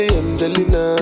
angelina